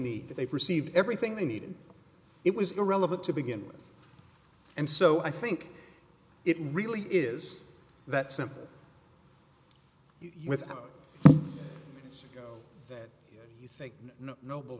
need that they've received everything they needed it was irrelevant to begin with and so i think it really is that simple you without that you think noble